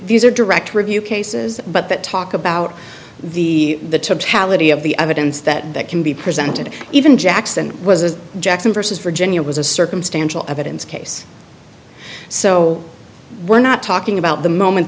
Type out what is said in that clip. views are direct review cases but that talk about the totality of the evidence that that can be presented even jackson was a jackson versus virginia was a circumstantial evidence case so we're not talking about the moment